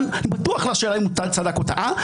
אני בטוח --- אם הוא צדק או טעה,